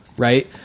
Right